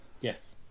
yes